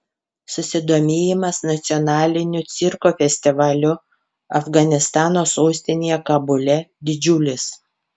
susidomėjimas nacionaliniu cirko festivaliu afganistano sostinėje kabule didžiulis